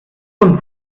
und